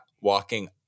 walking